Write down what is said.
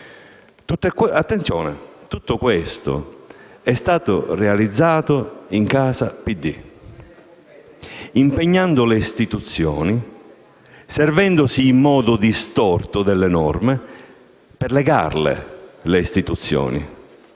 tutto questo è stato realizzato in casa PD, impegnando le istituzioni, servendosi in modo distorto delle norme, e per legare le stesse istituzioni.